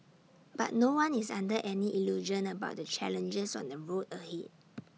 but no one is under any illusion about the challenges on the road ahead